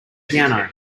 piano